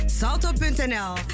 salto.nl